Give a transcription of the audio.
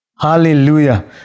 Hallelujah